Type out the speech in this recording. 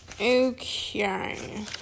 Okay